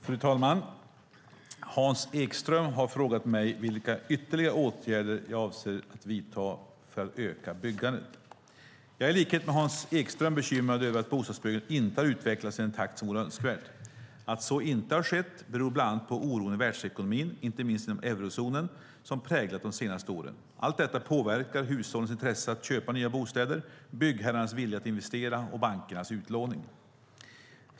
Fru talman! Hans Ekström har frågat mig vilka ytterligare åtgärder jag avser att vidta för att öka byggandet. Jag är i likhet med Hans Ekström bekymrad över att bostadsbyggandet inte har utvecklats i den takt som vore önskvärt. Att så inte har skett beror bland annat på oron i världsekonomin, inte minst inom eurozonen, som har präglat de senaste åren. Allt detta påverkar hushållens intresse att köpa nya bostäder, byggherrarnas vilja att investera och bankernas utlåning.